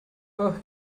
her